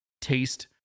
taste